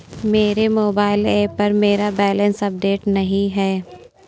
मेरे mobile app पर मेरा बैलेंस अपडेट नहीं है